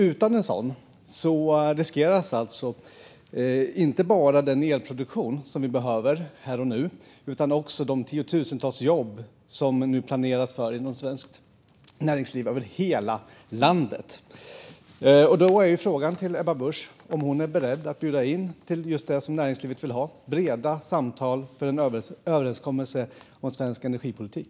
Utan en sådan riskeras inte bara den elproduktion som vi behöver här och nu utan också de tiotusentals jobb som det nu planeras för inom svenskt näringsliv över hela landet. Då är frågan till Ebba Busch om hon är beredd att bjuda in till just det som näringslivet vill ha: breda samtal för en överenskommelse om svensk energipolitik.